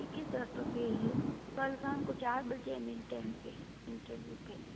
ठीक है सर तो फिर कल शाम को चार बजे मिलते हैं यहाँ पर इंटरव्यू के लिए